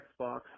Xbox